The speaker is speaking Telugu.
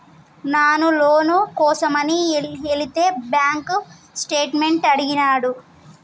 నాను లోను కోసమని ఎలితే బాంక్ స్టేట్మెంట్ అడిగినాడు